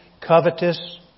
Covetous